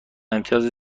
امتیاز